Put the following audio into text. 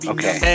Okay